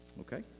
Okay